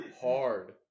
hard